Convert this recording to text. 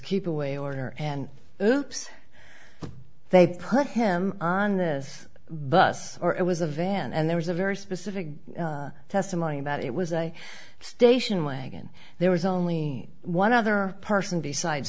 keep away order and hoops they put him on this bus or it was a van and there was a very specific testimony about it was a station wagon there was only one other person besides